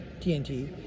TNT